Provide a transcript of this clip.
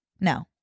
no